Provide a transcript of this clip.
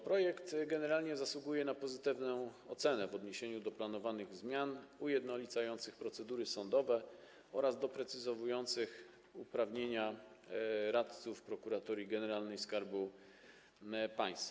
Projekt generalnie zasługuje na pozytywną ocenę w odniesieniu do planowanych zmian ujednolicających procedury sądowe oraz doprecyzowujących uprawnienia radców Prokuratorii Generalnej Skarbu Państwa.